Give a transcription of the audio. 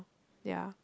ya